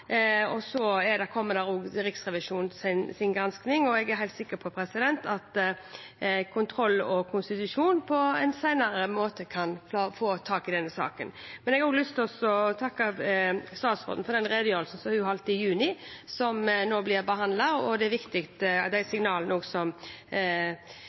og miljøkomiteen har. Så kommer også Riksrevisjonens gransking, og jeg er helt sikker på at kontroll- og konstitusjonskomiteen senere kan få tak i denne saken. Jeg har også lyst til å takke statsråden for den redegjørelsen hun holdt i juni, som nå blir behandlet. De signalene som energiministeren har kommet med om å ta tak i saken, er også viktige. Derfor kommer Fremskrittspartiet til å støtte det